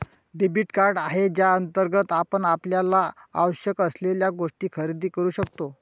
debit card आहे ज्याअंतर्गत आपण आपल्याला आवश्यक असलेल्या गोष्टी खरेदी करू शकतो